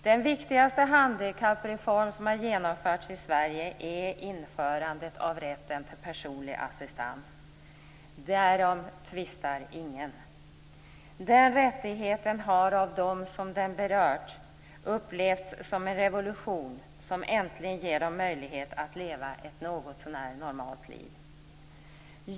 Den viktigaste handikappreform som genomförts i Sverige är införandet av rätten till personlig assistans. Därom tvistar ingen. Den rättigheten har av dem som den berört upplevts som en revolution som äntligen ger dem möjlighet att leva ett något så när normalt liv.